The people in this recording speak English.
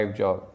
job